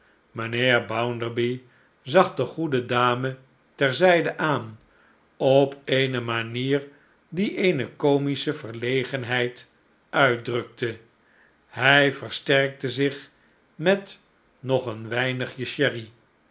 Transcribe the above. mijnheer bounderby zag de goede dame ter zijde aan op eene manier die eene comische verlegenheid uitdrukte hij versterkte zich met nog een weinigje sherry